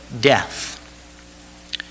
death